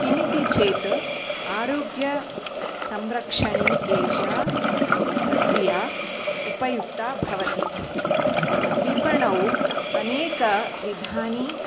किमिति चेत् आरोग्यसंरक्षणे एषा प्रक्रिया उपयुक्ता भवति विपणौ अनेकविधानि